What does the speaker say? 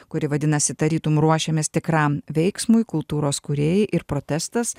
kuri vadinasi tarytum ruošiamės tikram veiksmui kultūros kūrėjai ir protestas